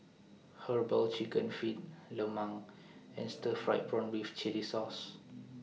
Herbal Chicken Feet Lemang and Stir Fried Prawn with Chili Sauce